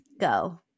go